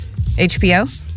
HBO